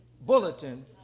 bulletin